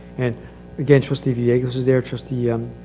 and again trustee diegos was there trustee